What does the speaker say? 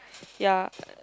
ya